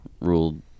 ruled